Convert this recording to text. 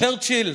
צ'רצ'יל,